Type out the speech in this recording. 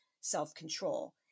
self-control